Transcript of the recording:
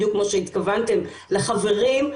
בדיוק כמו שהתכוונתם לחברים,